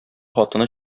хатыны